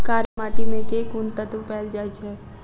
कार्य माटि मे केँ कुन तत्व पैल जाय छै?